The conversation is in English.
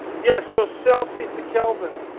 yeah so celsius to kelvin.